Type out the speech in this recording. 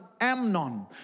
Amnon